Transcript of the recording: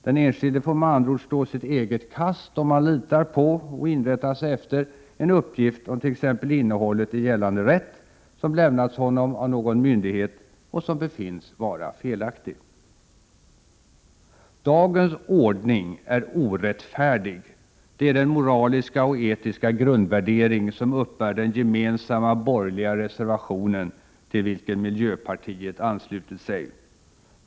Den enskilde får med andra ord stå sitt eget kast, om han litar på och inrättar sig efter en uppgift om t.ex. innehållet i gällande rätt som lämnats honom av någon myndighet och som befinns vara felaktig. Dagens ordning är orättfärdig, det är den moraliska och etiska grundvärdering söm uppbär den gemensamma borgerliga reservationen, till vilken miljöpartiet anslutit sig.